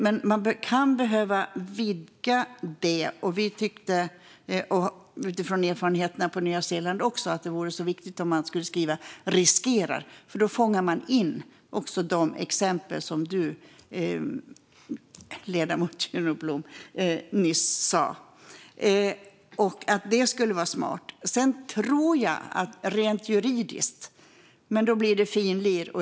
Men man kan behöva vidga det hela. Utifrån erfarenheterna i Nya Zeeland tyckte vi att det var viktigt att skriva "riskera att se och höra". Då fångar man in de exempel som du, ledamoten Juno Blom, nyss tog upp. Det skulle vara smart.